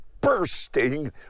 bursting